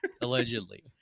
allegedly